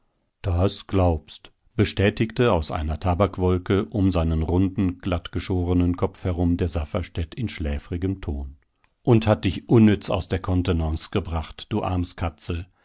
das glaubst bestätigte aus einer tabakwolke um seinen runden glattgeschorenen kopf herum der safferstätt in schläfrigem ton und hat dich unnütz aus der contenance gebracht du arm's katzel